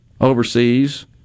overseas